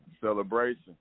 Celebration